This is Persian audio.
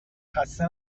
خسته